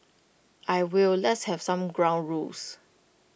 I will let's have some ground rules